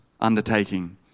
undertaking